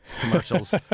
commercials